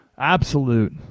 Absolute